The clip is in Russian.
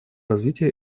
развития